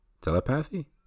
Telepathy